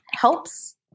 Helps